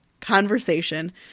conversation